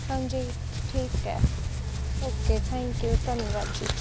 ਹਾਂਜੀ ਠੀਕ ਹੈ ਓਕੇ ਥੈਂਕ ਯੂ ਧੰਨਵਾਦ ਜੀ